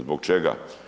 Zbog čega?